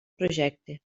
projecte